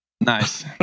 nice